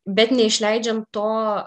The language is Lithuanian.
bet neišleidžiam to